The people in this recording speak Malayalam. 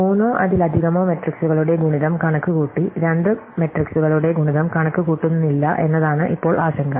മൂന്നോ അതിലധികമോ മെട്രിക്സുകളുടെ ഗുണിതം കണക്കുകൂട്ടി രണ്ട് മെട്രിക്സുകളുടെ ഗുണിതം കണക്കുകൂട്ടുന്നില്ല എന്നതാണ് ഇപ്പോൾ ആശങ്ക